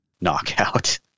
knockout